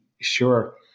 sure